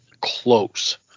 close